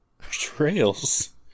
trails